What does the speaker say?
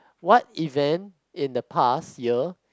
what event in the past year